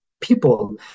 people